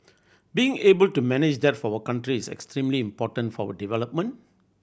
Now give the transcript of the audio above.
being able to manage that for our country is extremely important for our development